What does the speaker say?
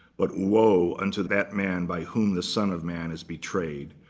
but woe unto that man, by whom the son of man is betrayed.